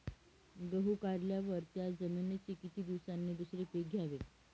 गहू काढल्यावर त्या जमिनीवर किती दिवसांनी दुसरे पीक घ्यावे?